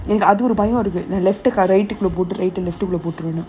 அது ஒரு:adhu oru left and right